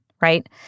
right